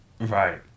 Right